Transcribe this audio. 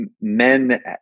men